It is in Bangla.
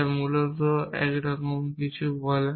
যা মূলত এরকম কিছু বলে